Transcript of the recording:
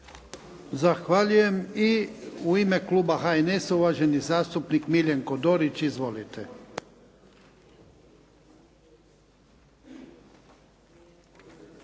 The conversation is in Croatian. Zahvaljujem. I u ime kluba HNS-a uvaženi zastupnik Miljenko Dorić. Izvolite.